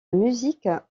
musique